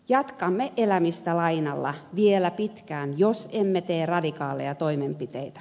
jatkamme elämistä lainalla vielä pitkään jos emme tee radikaaleja toimenpiteitä